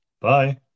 Bye